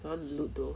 I want to loop though